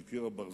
"על קיר הברזל",